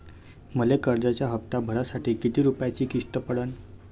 मले कर्जाचा हप्ता भरासाठी किती रूपयाची किस्त पडन?